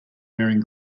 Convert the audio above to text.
wearing